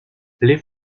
les